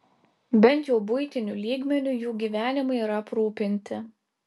bent jau buitiniu lygmeniu jų gyvenimai yra aprūpinti